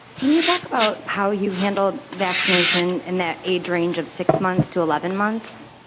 can you talk about how you handled vaccination in that age range of six months to eleven months,